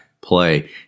play